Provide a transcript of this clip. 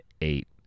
eight